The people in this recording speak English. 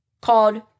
called